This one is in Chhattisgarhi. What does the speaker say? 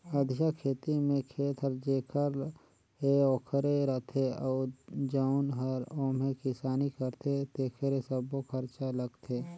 अधिया खेती में खेत हर जेखर हे ओखरे रथे अउ जउन हर ओम्हे किसानी करथे तेकरे सब्बो खरचा लगथे